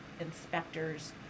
inspectors